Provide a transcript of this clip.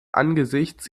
angesichts